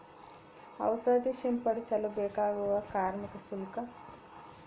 ಔಷಧಿ ಸಿಂಪಡಿಸಲು ಬೇಕಾಗುವ ಕಾರ್ಮಿಕ ಶುಲ್ಕ?